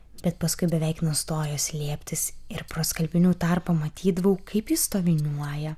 bet paskui beveik nustojo slėptis ir pro skalbinių tarpą matydavau kaip jis stoviniuoja